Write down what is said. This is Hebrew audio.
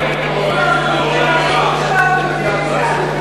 הוא נציג של האופוזיציה.